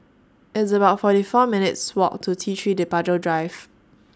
It's about forty four minutes' Walk to T three Departure Drive